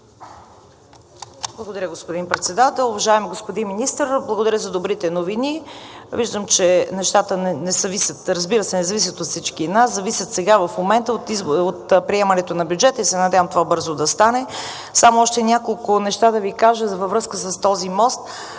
Благодаря, господин Председател. Уважаеми господин Министър, благодаря за добрите новини. Виждам, че нещата, разбира се, не зависят от всички нас, сега в момента зависят от приемането на бюджета и се надявам това бързо да стане. Само още няколко неща да Ви кажа във връзка с този мост.